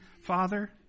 father